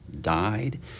died